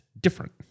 different